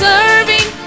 Serving